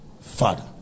Father